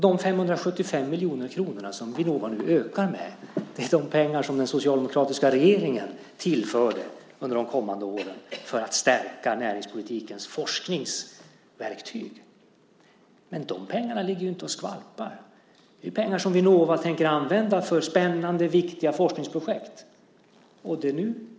De 575 miljoner kronorna som Vinnova nu ökar med är de pengar som den socialdemokratiska regeringen tillförde under de kommande åren för att stärka näringspolitikens forskningsverktyg. Men de pengarna ligger ju inte och skvalpar. Det är pengar som Vinnova tänker använda för spännande, viktiga forskningsprojekt.